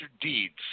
Deeds